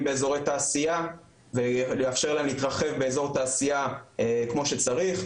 באזורי תעשייה ולאפשר להם להתרחב באזור תעשייה כמו שצריך,